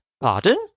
Pardon